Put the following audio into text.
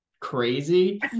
crazy